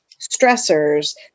stressors